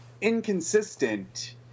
inconsistent